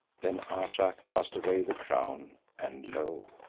then ayesha cast away the crown and lo!